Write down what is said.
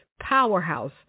powerhouse